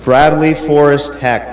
bradley forrest hack